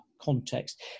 context